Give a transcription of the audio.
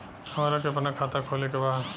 हमरा के अपना खाता खोले के बा?